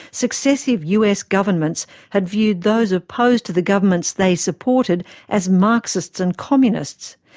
successive us governments had viewed those opposed to the governments they supported as marxists and communists.